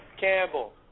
Campbell